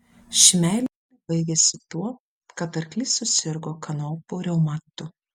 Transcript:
ši meilė baigėsi tuo kad arklys susirgo kanopų reumatu